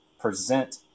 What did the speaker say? present